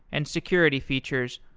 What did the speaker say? and security features,